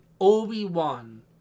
Obi-Wan